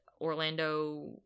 Orlando